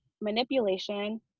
manipulation